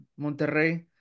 Monterrey